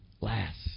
last